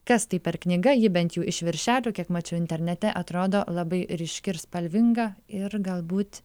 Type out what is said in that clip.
kas tai per knyga ji bent jau iš viršelio kiek mačiau internete atrodo labai ryški ir spalvinga ir galbūt